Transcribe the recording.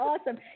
awesome